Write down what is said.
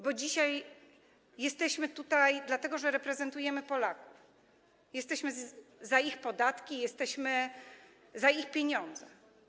Bo dzisiaj jesteśmy tutaj dlatego, że reprezentujemy Polaków, jesteśmy tutaj za ich podatki, jesteśmy za ich pieniądze.